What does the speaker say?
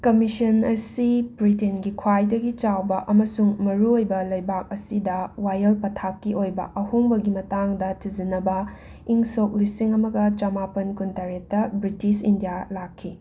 commission ꯑꯁꯤ ꯕ꯭ꯔꯤꯇꯦꯟꯒꯤ ꯈ꯭ꯋꯥꯏꯗꯒꯤ ꯆꯥꯎꯕ ꯑꯃꯁꯨꯡ ꯃꯔꯨ ꯑꯣꯏꯕ ꯂꯩꯕꯥꯛ ꯑꯁꯤꯗ ꯋꯥꯌꯦꯜ ꯄꯊꯥꯞꯀꯤ ꯑꯣꯏꯕ ꯑꯍꯣꯡꯕꯒꯤ ꯃꯇꯥꯡꯗ ꯊꯤꯖꯤꯟꯅꯕ ꯏꯪ ꯁꯣꯛ ꯂꯤꯁꯤꯡ ꯑꯃꯒ ꯆꯝꯃꯥꯄꯟ ꯀꯨꯟ ꯇꯔꯦꯠꯇ ꯕ꯭ꯔꯤꯇꯤꯁ ꯏꯟꯗꯤꯌꯥ ꯂꯥꯛꯈꯤ